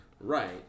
Right